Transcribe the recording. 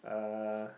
uh